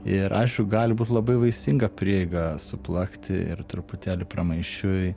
ir aišku gali būt labai vaisinga prieiga suplakti ir truputėlį pramaišiui